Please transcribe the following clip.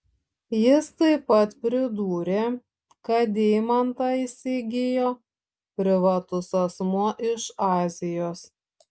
jis taip pat pridūrė kad deimantą įsigijo privatus asmuo iš azijos